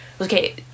okay